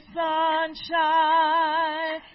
sunshine